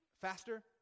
faster